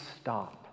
stop